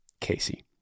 Casey